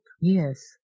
Yes